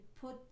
put